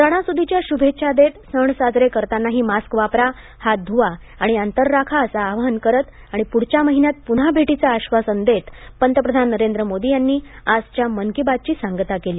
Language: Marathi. सणासुदीच्या शुभेच्छा देत सण साजरे करतानाही मास्क वापरा हात धुवा आणि अंतर राखा असं आवाहन करत आणि पुढच्या महिन्यात पुन्हा भेटीचं आश्वासन देत पंतप्रधान नरेंद्र मोदी यांनी आजच्या मन की बातची सांगता केली